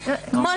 כמו,